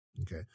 Okay